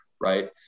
right